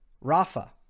Rafa